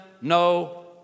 no